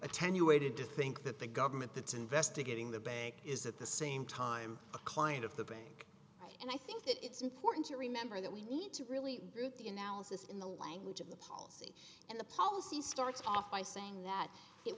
attenuated to think that the government that's investigating the bank is at the same time a client of the bank and i think that it's important to remember that we need to really prove the analysis in the language of the policy and the policy starts off by saying that it